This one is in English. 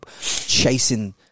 chasing